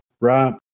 right